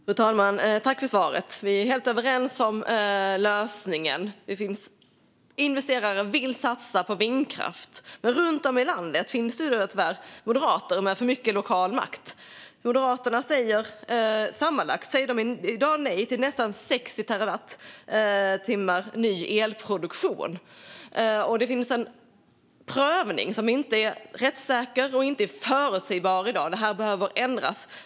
Fru talman! Jag tackar för svaret. Vi är helt överens om lösningen. Det finns investerare som vill satsa på vindkraft, men runt om i landet finns det tyvärr moderater med för mycket lokal makt. Moderaterna säger i dag nej till sammanlagt nästan 60 terawattimmar ny elproduktion. Prövningen är inte rättssäker och förutsägbar i dag, och det behöver ändras.